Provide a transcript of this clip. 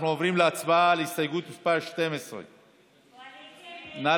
אנחנו עוברים להצבעה על הסתייגות מס' 12. נא